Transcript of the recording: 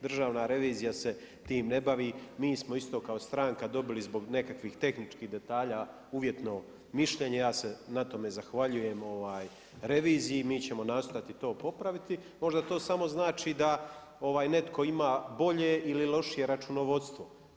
Državna revizija se tim ne bavi, mi smo isto kao stranka dobili zbog nekakvih tehničkih detalja uvjetno mišljenje, ja se na tom zahvaljujem reviziji, mi ćemo nastojati to popraviti, možda to samo znači da netko ima bolje ili lošije računovodstvo.